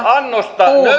annosta